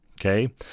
Okay